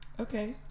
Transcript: Okay